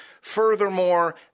Furthermore